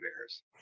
bears